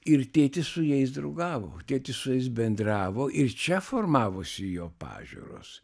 ir tėtis su jais draugavo tėtis su jais bendravo ir čia formavosi jo pažiūros